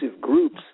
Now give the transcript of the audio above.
groups